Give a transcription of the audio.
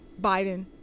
Biden